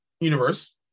universe